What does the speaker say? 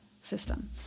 system